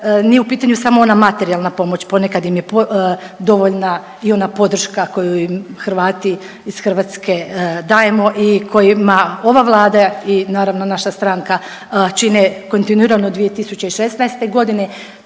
nije u pitanju samo ona materijalna pomoć, ponekad im je dovoljna i ona podrška koju im Hrvati iz Hrvatske dajemo i kojima ova vlada i naravno naša stranka čine kontinuirano 2016.g.,